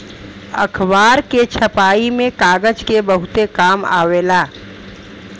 अखबार के छपाई में कागज के बहुते काम आवेला